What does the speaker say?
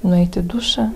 nueit į dušą